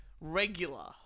regular